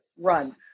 run